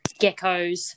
geckos